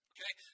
Okay